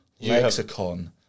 lexicon